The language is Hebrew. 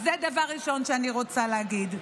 זה הדבר הראשון שאני רוצה להגיד.